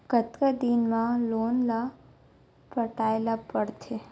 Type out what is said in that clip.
कतका दिन मा लोन ला पटाय ला पढ़ते?